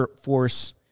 force